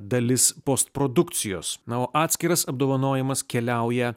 dalis postprodukcijos na o atskiras apdovanojimas keliauja